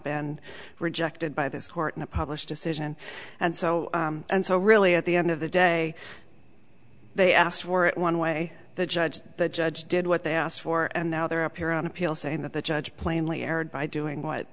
been rejected by this court in a published decision and so and so really at the end of the day they asked for it one way the judge the judge did what they asked for and now they're up here on appeal saying that the judge plainly erred by doing what